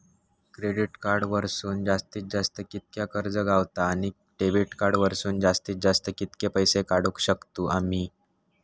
Credit card वरसून जास्तीत जास्त कितक्या कर्ज गावता, आणि डेबिट कार्ड वरसून जास्तीत जास्त कितके पैसे काढुक शकतू आम्ही?